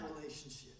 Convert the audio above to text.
relationship